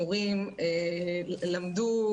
מורים שעושים מעל